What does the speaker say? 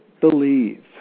believe